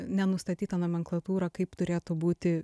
nenustatyta nomenklatūra kaip turėtų būti